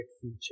future